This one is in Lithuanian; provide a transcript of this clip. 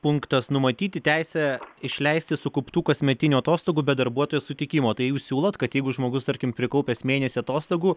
punktas numatyti teisę išleisti sukauptų kasmetinių atostogų be darbuotojo sutikimo tai jūs siūlot kad jeigu žmogus tarkim prikaupęs mėnesį atostogų